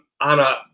Anna